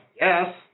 yes